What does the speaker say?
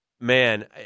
man